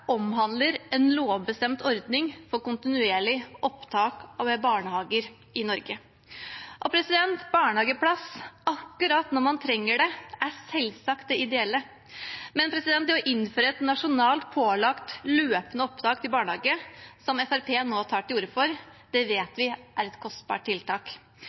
omhandler en lovbestemt ordning for kontinuerlig opptak ved barnehager i Norge. Barnehageplass akkurat når man trenger det, er selvsagt det ideelle, men det å innføre et nasjonalt pålagt løpende opptak til barnehage, som Fremskrittspartiet nå tar til orde for, vet vi er et kostbart tiltak.